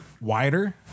wider